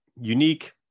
unique